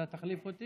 אתה תחליף אותי?